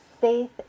faith